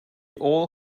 all